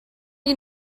you